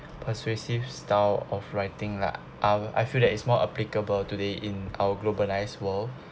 persuasive style of writing lah I I feel that it's more applicable today in our globalised world